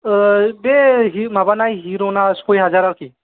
ओ माबाना हिर'ना सइ हाजार आरोखि